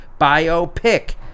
biopic